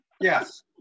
Yes